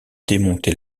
démonter